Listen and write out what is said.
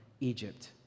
Egypt